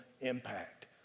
impact